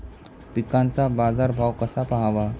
पिकांचा बाजार भाव कसा पहावा?